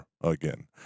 again